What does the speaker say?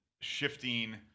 shifting